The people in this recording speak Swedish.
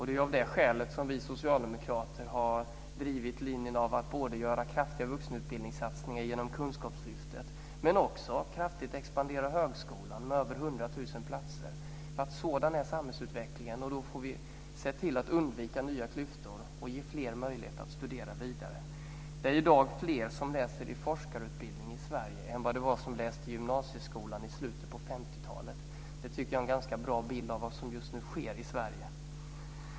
Det är av det skälet som vi socialdemokrater har drivit linjen att både göra kraftiga vuxenutbildningssatsningar genom Kunskapslyftet och kraftigt expandera högskolan med över 100 000 platser. Sådan är samhällsutvecklingen, och då får vi se till att undvika nya klyftor och ge fler möjlighet att studera vidare. Det är i dag fler som läser i forskarutbildning i Sverige än det var som läste på gymnasieskolan i slutet på 50-talet. Det är en ganska bra bild av vad som just nu sker i Sverige.